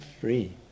free